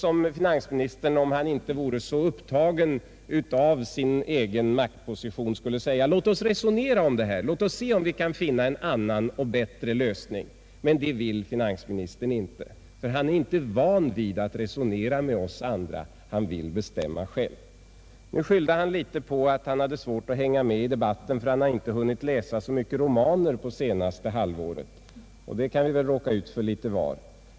Om finansministern inte vore så upptagen av sin egen maktposition skulle han säga: Låt oss resonera om detta och se om vi kan finna en annan och bättre lösning. Men det vill finansministern inte. Han är inte van vid att resonera med oss andra; han vill bestämma själv. Att herr Sträng nu hade litet svårt att hänga med i debatten skyllde han delvis på att han inte har hunnit läsa så mycket romaner under det senaste halvåret. Det kan vi ju råka ut för litet till mans.